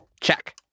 Check